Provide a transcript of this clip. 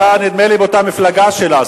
אתה נדמה לי באותה מפלגה שלה,